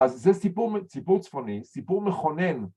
‫אז זה סיפור צפוני, סיפור מכונן.